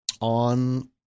on